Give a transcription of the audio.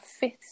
fifth